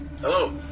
Hello